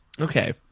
okay